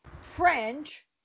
French